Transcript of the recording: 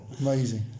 Amazing